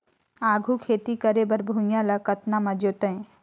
आघु खेती करे बर भुइयां ल कतना म जोतेयं?